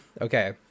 Okay